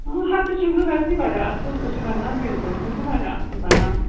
ہتٕچ واریاہ اصٕل سَہ چھِ بنان بلکُل سَہ چھِ واریاہ اصٕل بنان